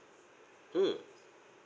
mm